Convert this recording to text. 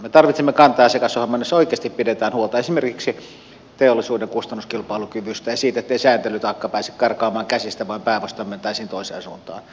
me tarvitsemme kanta asiakasohjelman jossa oikeasti pidetään huolta esimerkiksi teollisuuden kustannuskilpailukyvystä ja siitä ettei sääntelytaakka pääse karkaamaan käsistä vaan päinvastoin mentäisiin toiseen suuntaan